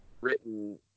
written